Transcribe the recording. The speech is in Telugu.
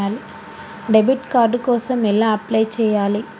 డెబిట్ కార్డు కోసం ఎలా అప్లై చేయాలి?